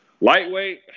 Lightweight